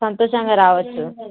సంతోషంగా రావచ్చు